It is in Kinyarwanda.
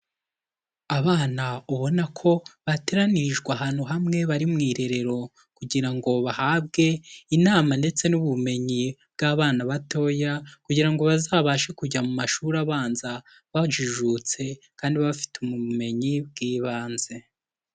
Abana ubona ko bateranirijwe ahantu hamwe bari mu irerero kugira ngo bahabwe inama ndetse n'ubumenyi bw'abana batoya kugira ngo bazabashe kujya mu mashuri abanza bajijutse kandi bafite ubumenyi bw'ibanze.